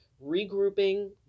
regrouping